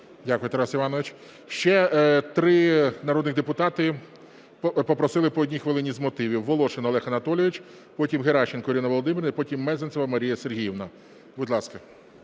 Дякую Тарас Іванович. Ще три народних депутати попросили по одній хвилині з мотивів: Волошин Олег Анатолійович, потім Геращенко Ірина Володимирівна, і потім Мезенцева Марія Сергіївна. Будь ласка.